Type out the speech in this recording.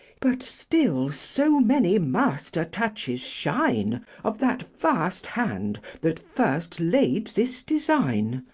but still so many master-touches shine of that vast hand that first laid this design,